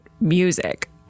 music